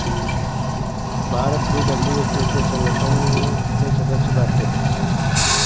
भारत भी डब्ल्यू.एच.ओ संगठन के सदस्य बाटे